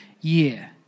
year